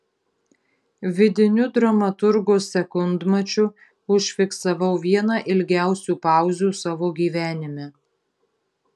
vidiniu dramaturgo sekundmačiu užfiksavau vieną ilgiausių pauzių savo gyvenime